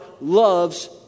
loves